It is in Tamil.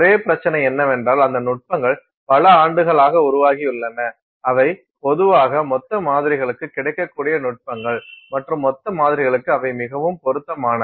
ஒரே பிரச்சினை என்னவென்றால் அந்த நுட்பங்கள் பல ஆண்டுகளாக உருவாகியுள்ளன அவை பொதுவாக மொத்த மாதிரிகளுக்கு கிடைக்கக்கூடிய நுட்பங்கள் மற்றும்மொத்த மாதிரிகளுக்கு அவை மிகவும் பொருத்தமானவை